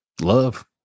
love